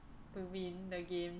to be in the game